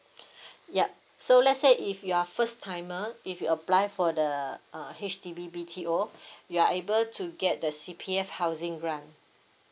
yup so let's say if you're first timer if you apply for the uh H_D_B B_T_O you are able to get the C_P_F housing grant